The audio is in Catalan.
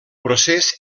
procés